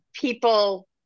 people